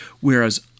Whereas